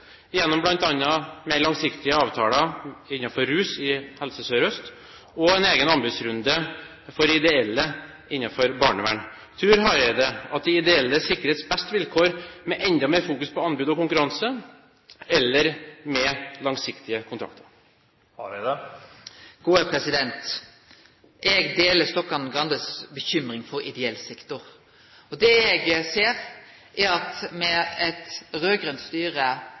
gjennom bl.a. mer langsiktige avtaler innenfor rus i Helse Sør-Øst og en egen anbudsrunde for ideelle innenfor barnevern. Tror Hareide at de ideelle sikres best vilkår ved å fokusere enda mer på anbud og konkurranse eller med langsiktige kontrakter? Eg deler Stokkan-Grandes bekymring for ideell sektor. Det eg ser, er at me med eit raud-grønt styre